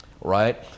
right